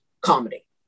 comedy